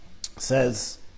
says